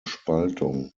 spaltung